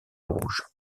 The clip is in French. rouge